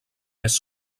més